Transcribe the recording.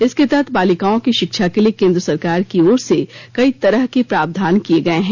इसके तहत बालिकाओं की शिक्षा के लिए केन्द्र सरकार की ओर से कई तरह के प्रावधान किए गए हैं